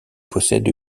possède